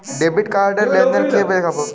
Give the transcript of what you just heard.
Debit card র লেনদেন কিভাবে দেখবো?